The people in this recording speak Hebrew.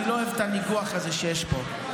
אני לא אוהב את הניגוח הזה שיש פה.